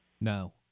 No